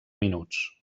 minuts